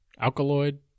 Alkaloid